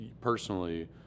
personally